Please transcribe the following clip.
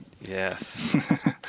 Yes